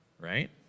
right